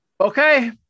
Okay